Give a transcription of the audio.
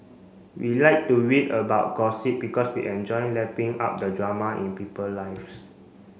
we like to read about gossip because we enjoy lapping up the drama in people lives